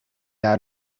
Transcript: out